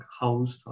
house